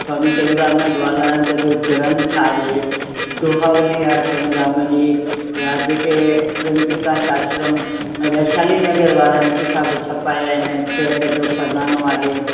स्वामी टेऊंराम जो ग्वालंथ जो ग्रंथ आहे दोहावली आहे टेऊंराम जी या जेके प्रेम प्रकाश आश्रम वैशाली नगर वारनि किताब छपाया आहिनि सिहत जो खज़ानो आहे